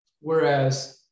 whereas